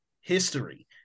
history